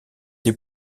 des